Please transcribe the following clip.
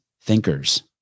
thinkers